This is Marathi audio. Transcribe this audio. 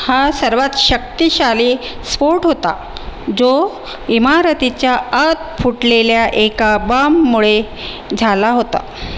हा सर्वात शक्तिशाली स्फोट होता जो इमारतीच्या आत फुटलेल्या एका बॉम्बमुळे झाला होता